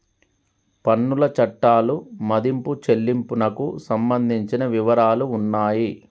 పన్నుల చట్టాలు మదింపు చెల్లింపునకు సంబంధించిన వివరాలు ఉన్నాయి